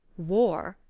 war?